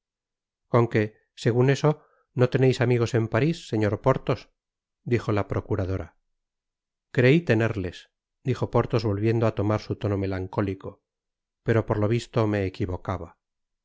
con qué segun eso no teneis amigos en paris señor porthos dijo la procuradora crei tenerles dijo porthos volviendo á tomar su tono melancólico pero por lo visto me equivocaba